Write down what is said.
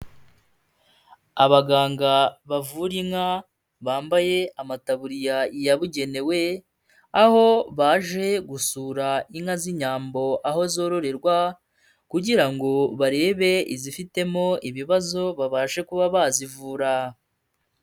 Abaganga bavura inka bambaye amataburiya yabugenewe, aho baje gusura inka z'inyambo aho zororerwa kugira ngo barebe izifitemo ibibazo babashe kuba bazivura.